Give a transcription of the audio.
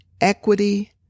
equity